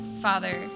Father